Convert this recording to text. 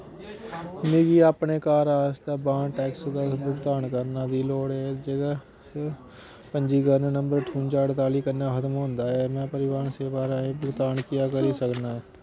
मिगी अपने कार आस्तै वाहन टैक्स दा भुगतान करना दी लोड़ ऐ जेह्दे च पंजीकरण नंबर ठुंजा अड़ताली कन्नै खत्म होंदा ऐ में परिवहन सेवा राहें भुगतान क्या करी सकना ऐ